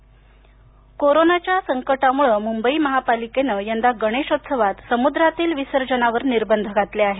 विसर्जन कोरोनाच्या संकटामुळे मुंबई महापालिकेनम यंदा गणेशोत्सवात समुद्रातील विसर्जनावर निर्बंध घातले आहेत